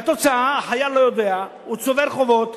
והתוצאה, החייל לא יודע, הוא צובר חובות.